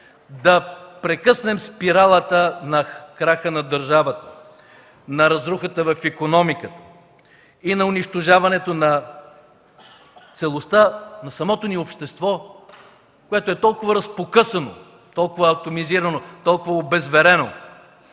да прекъснем спиралата на краха на държавата, на разрухата в икономиката и на унищожаването на целостта на самото ни общество, което е толкова разпокъсано, толкова обезверено,